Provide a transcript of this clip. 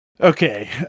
okay